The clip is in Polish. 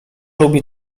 lubi